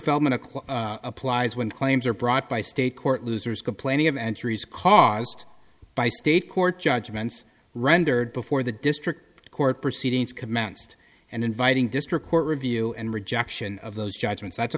feldman to quote applies when claims are brought by state court losers complaining of entries caused by state court judgments rendered before the district court proceedings commenced and inviting district court review and rejection of those judgments that's a